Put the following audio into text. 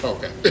Okay